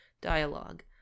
dialogue